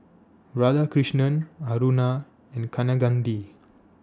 Radhakrishnan Aruna and Kaneganti